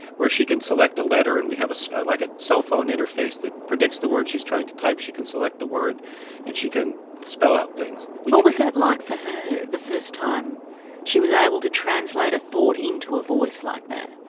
where she can select a letter and we have like a cell phone interface that predicts the word she is trying to type, she can select the word and she can spell out things. what was that like for her, the first time she was able to translate a thought into a voice like that?